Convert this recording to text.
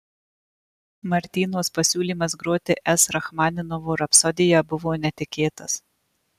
martynos pasiūlymas groti s rachmaninovo rapsodiją buvo netikėtas